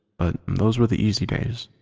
but those were the easy days.